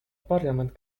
parliament